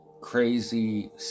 crazy